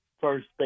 first